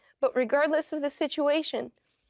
but regardless of the situation,